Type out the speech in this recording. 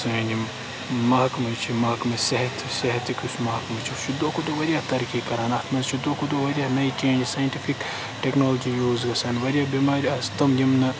سٲنۍ یِم محکمہ چھِ محکمہ صحت صحتُک یُس محکم چھُ سُہ چھُ دۄہ کھۄتہٕ دۄہ واریاہ ترقی کران اتھ منٛز چھُ دۄہ کھۄتہٕ دۄہ واریاہ نٔے چینٛج ساینٹفِک ٹیکنالجی یوٗز گژھان واریاہ بیمارِ آسہٕ تِم یِم نہٕ